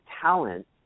talent